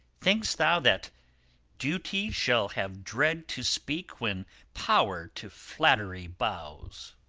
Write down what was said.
think'st thou that duty shall have dread to speak when power to flattery bows?